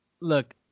look